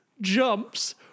jumps